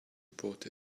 report